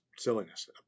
silliness